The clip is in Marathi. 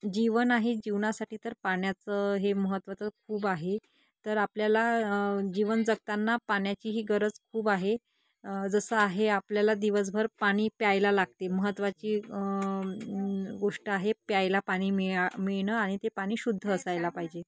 जीवन आहे जीवनासाठी तर पाण्याचं हे महत्त्व तर खूप आहे तर आपल्याला जीवन जगताना पाण्याचीही गरज खूप आहे जसं आहे आपल्याला दिवसभर पाणी प्यायला लागते महत्त्वाची गोष्ट आहे प्यायला पाणी मिळा मिळणं आणि ते पाणी शुद्ध असायला पाहिजे